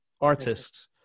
artist